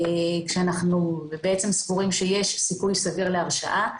כשאנחנו סבורים בעצם שיש סיכוי סביר להרשאה,